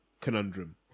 conundrum